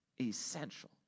essential